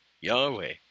Yahweh